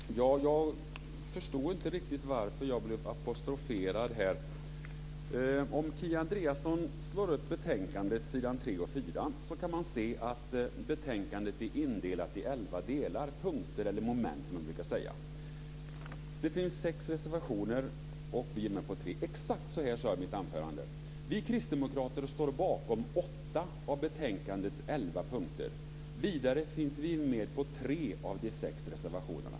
Fru talman! Jag förstår inte riktigt varför jag blev apostroferad här. Om Kia Andreasson slår upp betänkandet på s. 3 och 4 kan hon se att betänkandet är indelat i elva delar, punkter eller moment, som man brukar säga. Det finns sex reservationer, och vi är med på tre. Exakt så här sade jag i mitt anförande: Vi kristdemokrater står bakom åtta av betänkandets elva punkter. Vidare finns vi med på tre av de sex reservationerna.